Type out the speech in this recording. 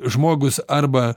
žmogus arba